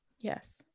yes